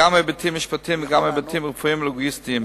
גם היבטים משפטיים וגם היבטים רפואיים ולוגיסטיים.